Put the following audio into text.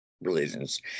religions